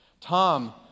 Tom